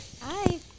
Hi